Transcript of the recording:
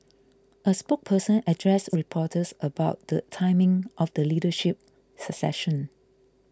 a spokesperson addressed reporters about the timing of the leadership succession